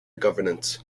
governance